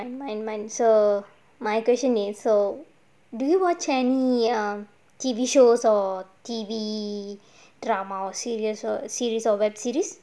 my my my my so my question is so do you watch any um T_V shows or T_V drama or series err series or web series